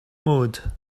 mode